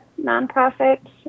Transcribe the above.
nonprofit